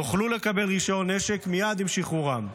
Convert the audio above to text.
יוכלו לקבל רישיון נשק מייד עם שחרורם,